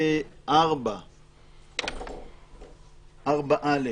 בסעיף 4(א)